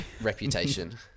reputation